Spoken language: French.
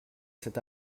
cet